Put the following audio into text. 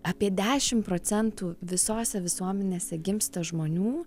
apie dešim procentų visose visuomenėse gimsta žmonių